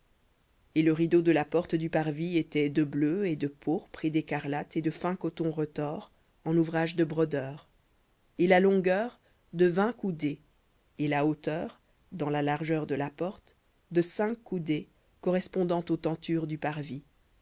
et le rideau de la porte du parvis était de bleu et de pourpre et d'écarlate et de fin coton retors en ouvrage de brodeur et la longueur de vingt coudées et la hauteur dans la largeur de cinq coudées correspondant aux tentures du parvis